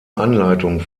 anleitung